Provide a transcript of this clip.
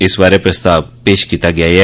इस बारै प्रस्ताव पेश कीता गेआ ऐ